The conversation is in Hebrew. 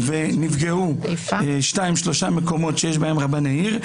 ונפגעו שניים-שלושה מקומות שיש בהם רבני עיר,